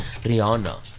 Rihanna